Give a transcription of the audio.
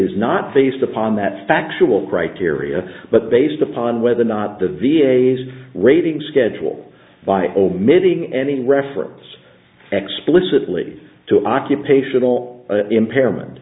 is not based upon that factual criteria but based upon whether or not the v a s raiding schedule by omitting any reference explicitly to occupational impairment